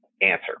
answer